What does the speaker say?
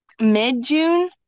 mid-June